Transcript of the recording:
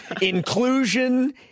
inclusion